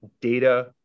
data